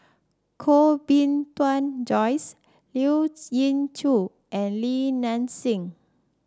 Koh Bee Tuan Joyce Lien Ying Chow and Li Nanxing